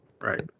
Right